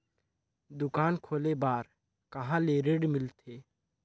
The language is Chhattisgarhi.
दुकान खोले बार कहा ले ऋण मिलथे?